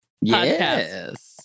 Yes